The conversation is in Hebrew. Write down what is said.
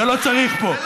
זה לא צריך פה.